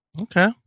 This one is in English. Okay